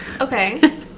okay